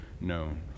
known